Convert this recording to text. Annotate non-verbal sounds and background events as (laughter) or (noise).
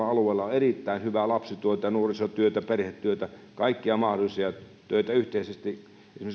(unintelligible) alueellaan erittäin hyvää lapsityötä nuorisotyötä perhetyötä kaikkia mahdollisia töitä yhteisesti